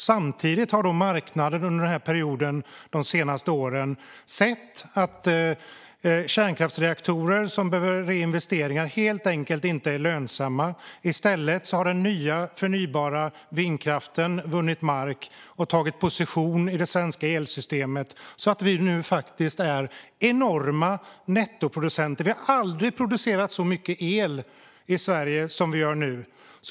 Samtidigt har marknaden under de senaste åren sett att kärnkraftsreaktorer som behöver reinvesteringar helt enkelt inte är lönsamma. I stället har den nya förnybara vindkraften vunnit mark och tagit position i det svenska elsystemet, så att vi nu faktiskt är enorma nettoproducenter. Vi har aldrig producerat så mycket el i Sverige som vi gör nu.